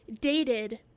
Dated